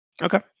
Okay